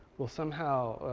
will somehow,